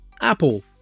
apple